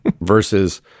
Versus